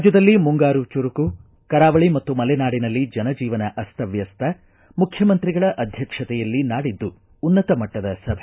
ರಾಜ್ಯದಲ್ಲಿ ಮುಂಗಾರು ಚುರುಕು ಕರಾವಳ ಮತ್ತು ಮಲೆನಾಡಿನಲ್ಲಿ ಜನ ಜೀವನ ಅಸ್ತವ್ಯಸ್ತ ಮುಖ್ಯಮಂತ್ರಿಗಳ ಅಧ್ಯಕ್ಷತೆಯಲ್ಲಿ ನಾಡಿದ್ದು ಉನ್ನತ ಮಟ್ಟದ ಸಭೆ